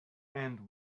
end